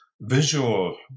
visual